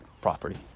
property